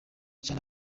cyane